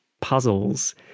puzzles